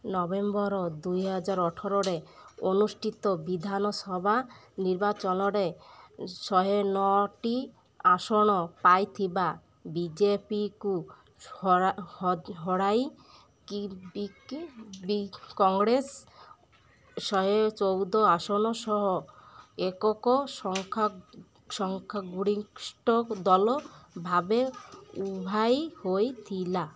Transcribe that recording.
November ଦୁଇ ହଜାର ଅଠରରେ ଅନୁଷ୍ଠିତ ବିଧାନସଭା ନିର୍ବାଚନରେ ଶହେ ନଅଟି ଆସନ ପାଇଥିବା ବିଜେପିକୁ ହରାଇ କଂଗ୍ରେସ ଶହେ ଚଉଦ ଆସନ ସହ ଏକକ ସଂଖ୍ୟାଗରିଷ୍ଠ ଦଳ ଭାବେ ଉଭାଇ ହୋଇଥିଲା